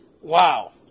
Wow